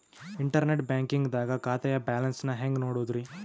Internet banking ದಾಗ ಖಾತೆಯ balance ನ ಹೆಂಗ್ ನೋಡುದ್ರಿ?